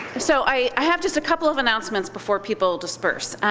so i have just a couple of announcements before people disperse.